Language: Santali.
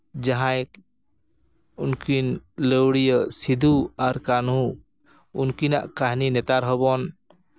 ᱡᱟᱦᱟᱸᱭ ᱩᱱᱠᱤᱱ ᱞᱟᱹᱣᱲᱤᱭᱟᱹ ᱥᱤᱫᱩ ᱟᱨ ᱠᱟᱹᱱᱦᱩ ᱩᱱᱠᱤᱱᱟᱜ ᱠᱟᱹᱦᱱᱤ ᱱᱮᱛᱟᱨ ᱦᱚᱸᱵᱚᱱ